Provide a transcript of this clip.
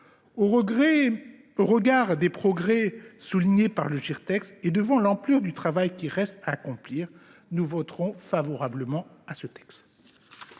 Au regard des progrès soulignés par le Girtec et devant l’ampleur du travail qui reste à accomplir, nous voterons ce texte.